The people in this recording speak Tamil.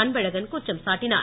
அன்பழகன் குற்றம் சாட்டினார்